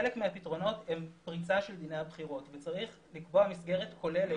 חלק מהפתרונות הם פריצה של דיני הבחירות וצריך לקבוע מסגרת כוללת.